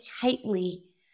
tightly